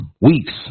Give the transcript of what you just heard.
weeks